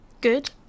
Good